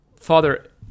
Father